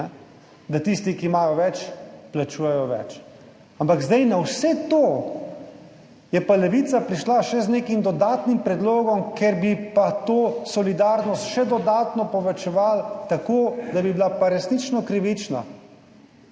da tisti, ki imajo več, plačujejo več. Ampak zdaj, na vse to je pa Levica prišla še z nekim dodatnim predlogom, ker bi pa to solidarnost še dodatno povečevali tako, da bi bila pa resnično krivična,